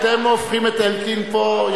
אתם הופכים את אלקין פה,